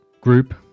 group